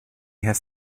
has